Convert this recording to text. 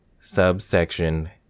Subsection